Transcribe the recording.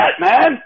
Batman